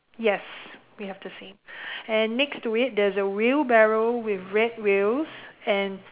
yes we have the same and next to it there's a wheelbarrow with red wheels and